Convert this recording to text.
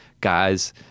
guys